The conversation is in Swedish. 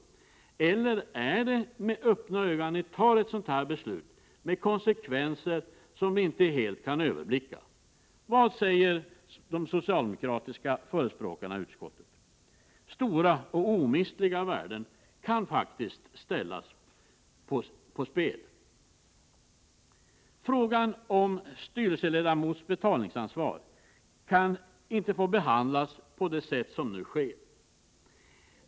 Eller är det med öppna ögon som ni fattar ett beslut som kommer att få konsekvenser som vi inte helt kan överblicka? Vad säger de socialdemokratiska förespråkarna i utskottet? Stora och omistliga värden kan faktiskt sättas på spel. Frågan om styrelseledamöters betalningsansvar kan inte få behandlas på det sätt som nu sker.